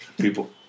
people